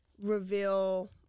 reveal